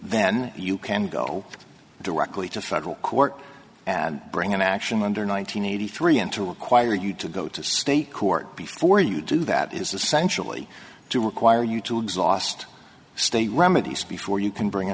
then you can go directly to federal court and bring an action under nine hundred eighty three and to require you to go to state court before you do that is essentially to require you to exhaust state remedies before you can bring